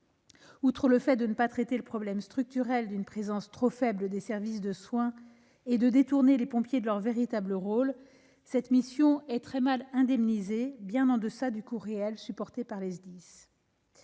qu'elle ne permet pas de traiter le problème structurel d'une présence trop faible des services de soins et qu'elle détourne les pompiers de leur véritable rôle, cette mission est très mal indemnisée, bien en deçà du coût réel supporté par les SDIS.